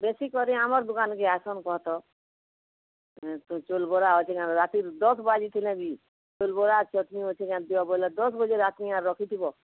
ବେଶୀକରି ଆମର୍ ଦୁକାନ୍କେ ଆସନ୍ କହତ ଇ ସେଇ ଚାଉଲ୍ ବରା ଅଛି ନା ରାତିର୍ ଦଶ୍ ବାଜିଥିନେ ବି ଚାଉଲ୍ ବରା ଚଟନୀ ଅଛି କାଁ ଦିଅ ବୋଲେ ତ ଦଶ୍ ବାଜେ ରାତିନେ ଆର୍ ରଖିଥିବ